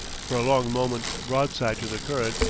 for a long moment broadside to the current,